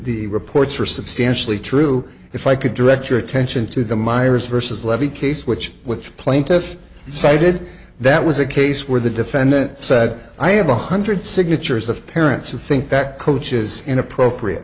the reports were substantially true if i could direct your attention to the myers versus levy case which which plaintiff cited that was a case where the defendant said i have one hundred signatures of parents who think that coach is inappropriate